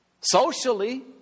Socially